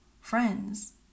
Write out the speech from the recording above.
friends